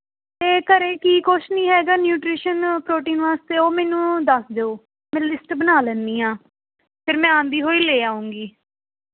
ਅਤੇ ਘਰੇ ਕੀ ਕੁਝ ਨਹੀਂ ਹੈਗਾ ਨਿਊਟਰੀਸ਼ਨ ਪ੍ਰੋਟੀਨ ਵਾਸਤੇ ਉਹ ਮੈਨੂੰ ਦੱਸ ਦਿਓ ਮੈਂ ਲਿਸਟ ਬਣਾ ਲੈਂਦੀ ਹਾਂ ਫਿਰ ਮੈਂ ਆਉਂਦੀ ਹੋਈ ਲੈ ਆਊਂਗੀ